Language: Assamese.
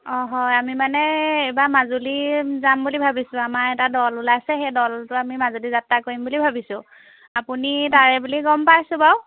অঁ হয় আমি মানে এই এইবাৰ মাজুলী যাম বুলি ভাবিছোঁ আমাৰ এটা দল ওলাইছে সেই দলটো আমি মাজুলী যাত্ৰা কৰিব বুলি ভাবিছোঁ আপুনি তাৰে বুলি গম পাইছোঁ বাৰু